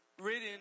written